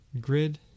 Grid